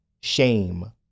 shame